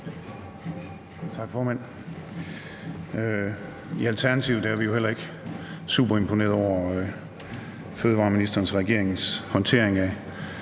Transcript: Tak, formand. I Alternativet er vi jo heller ikke superimponerede over fødevareministerens og regeringens håndtering af